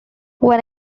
when